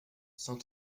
cent